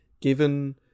given